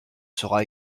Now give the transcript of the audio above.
sera